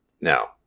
Now